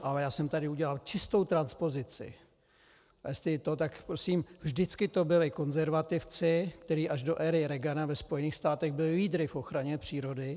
Ale já jsem tady udělal čistou transpozici a jestli i to tak prosím, vždycky to byli konzervativci, kteří až do éry Reagana ve Spojených státech byli lídry v ochraně přírody.